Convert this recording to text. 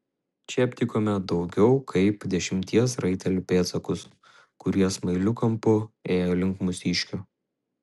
čia aptikome daugiau kaip dešimties raitelių pėdsakus kurie smailiu kampu ėjo link mūsiškių